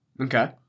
Okay